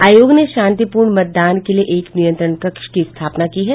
आयोग ने शंतिपूर्ण मतदान के लिए एक नियंत्रण कक्ष की स्थापना की है